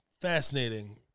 fascinating